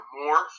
more